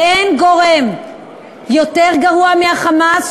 ואין גורם יותר גרוע מה"חמאס",